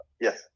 Yes